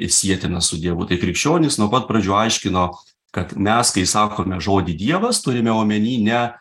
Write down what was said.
sietina su dievu tai krikščionys nuo pat pradžių aiškino kad mes kai sakome žodį dievas turime omeny ne